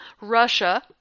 Russia